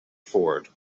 ford